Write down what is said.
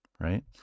Right